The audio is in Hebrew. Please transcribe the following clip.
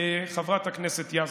חברת הכנסת יזבק,